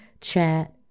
chat